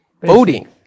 voting